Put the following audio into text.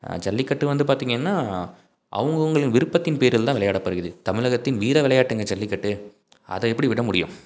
ஜல்லிக்கட்டு வந்து பார்த்திங்கன்னா அவங்க அவங்க விருப்பத்தின் பேரில் தான் விளையாடப்படுகிறது தமிழகத்தின் வீர விளையாட்டுங்க ஜல்லிக்கட்டு அதை எப்படி விட முடியும்